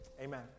Amen